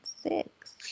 six